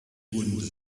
wunde